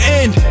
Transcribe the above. end